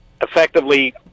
effectively